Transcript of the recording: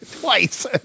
Twice